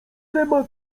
temat